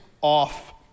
Off